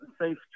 safe